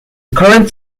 current